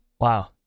Wow